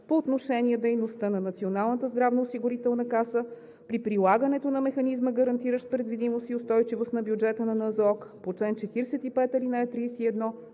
по отношение дейността на Националната здравноосигурителна каса при прилагането на механизма, гарантиращ предвидимост и устойчивост на бюджета на НЗОК, по чл. 45, ал. 31